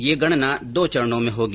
ये गणना दो चरणों में होगी